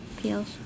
Peels